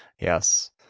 Yes